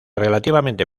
relativamente